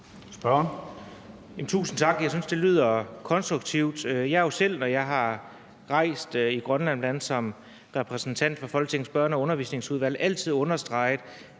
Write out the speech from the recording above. Tusind tak. Jeg synes, det lyder konstruktivt. Jeg har jo selv, når jeg har rejst i Grønland, bl.a. som repræsentant for Folketingets Børne- og Undervisningsudvalg, altid understreget,